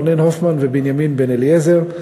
רונן הופמן ובנימין בן-אליעזר.